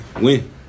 win